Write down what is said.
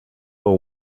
for